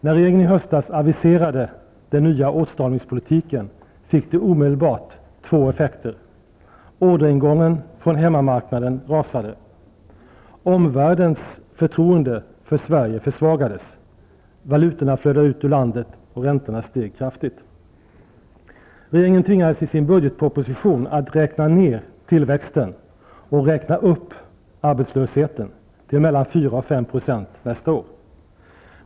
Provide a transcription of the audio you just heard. När regeringen i höstas aviserade den nya åtstramningspolitiken fick det omedelbart två effekter. Orderingången från hemmamarknaden rasade, och omvärldens förtroende för Sverige försvagades. Valutorna flödade ut ur landet, och räntorna steg kraftigt. Regeringen tvingades i sin budgetproposition att räkna ner tillväxten och räkna upp arbetslösheten till 4--5 % nästa år.